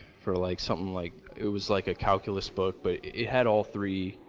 for like something like it was like a calculus book but it had all three,